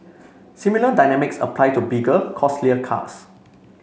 similar dynamics apply to bigger costlier cars